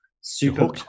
super